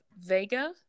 Vega